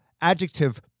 adjective